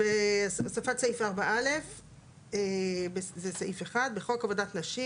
"הוספת סעיף 4 א 2 .בחוק עבודת נשים,